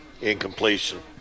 Incompletion